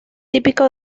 típico